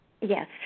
Yes